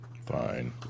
Fine